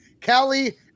Kelly